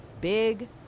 big